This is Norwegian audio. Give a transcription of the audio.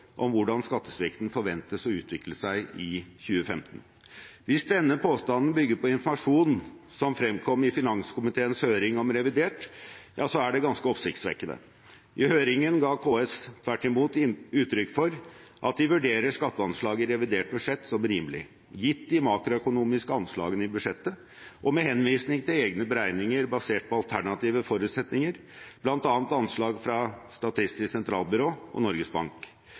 om hvordan skattesvikten forventes å utvikle seg i 2015. Hvis denne påstanden bygger på informasjon som fremkom i finanskomiteens høring om revidert, er det ganske oppsiktsvekkende. I høringen ga KS tvert imot uttrykk for at de vurderer skatteanslaget i revidert budsjett som rimelig, gitt de makroøkonomiske anslagene i budsjettet, med henvisning til egne beregninger basert på alternative forutsetninger, bl.a. anslag fra Statistisk sentralbyrå og Norges Bank.